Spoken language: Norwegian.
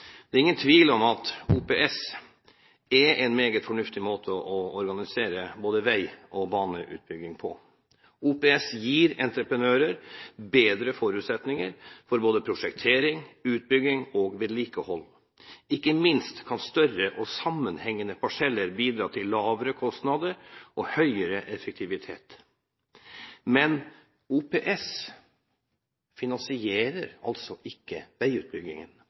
Det er ingen tvil om at OPS er en meget fornuftig måte å organisere både vei- og baneutbygging på. OPS gir entreprenører bedre forutsetninger for både prosjektering, utbygging og vedlikehold – ikke minst kan større og sammenhengende parseller bidra til lavere kostnader og høyere effektivitet. Men OPS finansierer altså ikke veiutbyggingen.